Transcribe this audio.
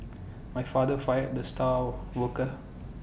my father fired the star worker